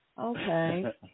okay